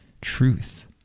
truth